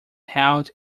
held